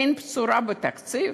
אין בשורה בתקציב.